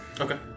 Okay